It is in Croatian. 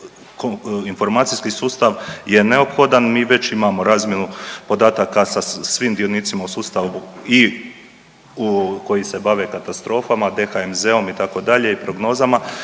informacijski sustav je neophodan, mi već imamo razmjenu podataka sa svim dionicima u sustavu i u, koji se bave katastrofama, DHMZ-om, itd., i prognozama,